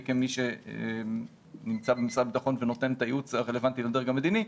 כמי שנמצא במשרד הביטחון ונותן את הייעוץ הרלוונטי לדרג המדיני,